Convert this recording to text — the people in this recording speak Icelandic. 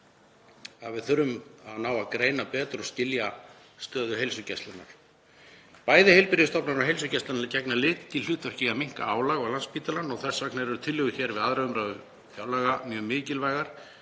ekki síður að ná að greina betur og skilja stöðu heilsugæslunnar. Bæði heilbrigðisstofnanir og heilsugæslurnar gegna lykilhlutverki í að minnka álag á Landspítalann og þess vegna eru tillögur hér við 2. umr. fjárlaga mjög mikilvægar